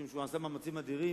משום שהוא עשה מאמצים אדירים